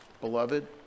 Beloved